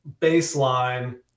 baseline